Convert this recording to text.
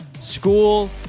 school